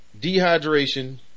dehydration